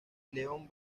leon